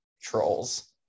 trolls